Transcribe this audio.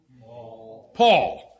Paul